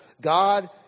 God